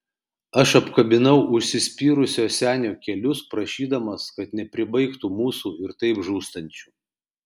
aš apkabinau užsispyrusio senio kelius prašydamas kad nepribaigtų mūsų ir taip žūstančių